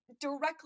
directly